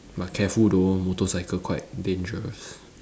but careful though motorcycle quite dangerous